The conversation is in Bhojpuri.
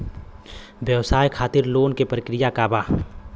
व्यवसाय खातीर लोन के प्रक्रिया का बा?